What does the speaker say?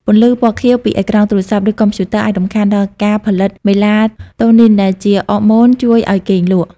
ពន្លឺពណ៌ខៀវពីអេក្រង់ទូរស័ព្ទ ឬកុំព្យូទ័រអាចរំខានដល់ការផលិតមេឡាតូនីនដែលជាអរម៉ូនជួយឱ្យគេងលក់។